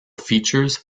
features